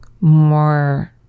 more